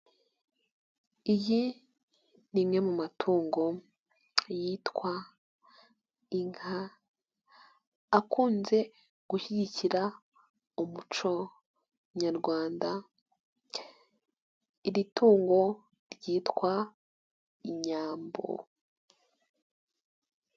Iyi ni imwe mu matungo yitwa inka, akunze gushyigikira umuco nyarwanda, iri tungo ryitwa inyambo.